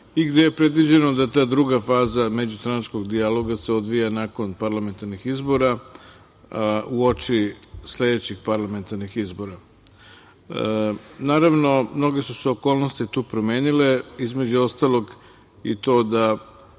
i gde je predviđeno da ta druga faza međustranačkog dijaloga se odvija nakon parlamentarnih izbora uoči sledećih parlamentarnih izbora. Naravno, mnoge su se okolnosti tu promenile, između ostalog i to da